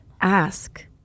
ask